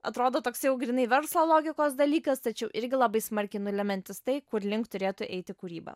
atrodo toksai jau grynai verslo logikos dalykas tačiau irgi labai smarkiai nulemiantis tai kurlink turėtų eiti kūryba